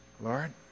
Lord